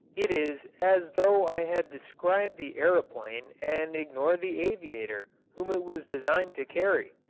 it is as though i had described the aeroplane and ignored the aviator whom it was designed to carry.